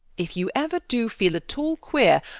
if you ever do feel at all queer,